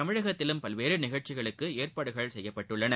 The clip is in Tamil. தமிழ்நாட்டிலும் பல்வேறு நிகழ்ச்சிகளுக்கு ஏற்பாடுகள் செய்யப்பட்டுள்ளன